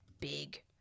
big